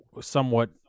somewhat